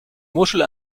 muschel